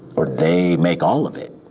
or they make all of it?